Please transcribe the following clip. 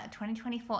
2024